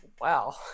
wow